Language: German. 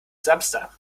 samstag